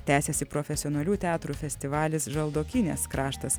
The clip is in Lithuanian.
tęsiasi profesionalių teatrų festivalis žaldokynės kraštas